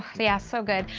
but yeah. so good.